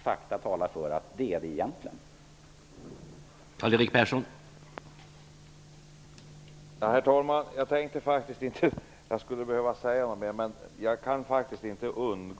Fakta talar ju för att de egentligen är bra.